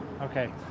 Okay